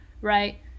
right